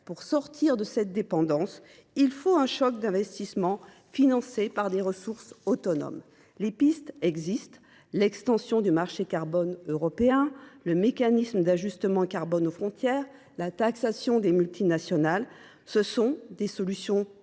pour sortir de cette dépendance, il faut un choc d’investissement, financé par des ressources autonomes. Les pistes existent : l’extension du marché carbone européen, le mécanisme d’ajustement carbone aux frontières ou la taxation des multinationales sont autant de solutions concrètes,